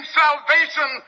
salvation